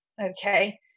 okay